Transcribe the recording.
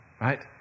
right